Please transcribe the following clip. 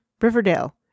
Riverdale